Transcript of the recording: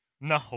No